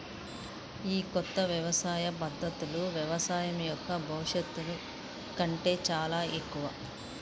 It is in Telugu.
ఈ కొత్త వ్యవసాయ పద్ధతులు వ్యవసాయం యొక్క భవిష్యత్తు కంటే చాలా ఎక్కువ